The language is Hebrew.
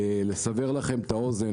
לסבר את האוזן,